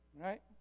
Right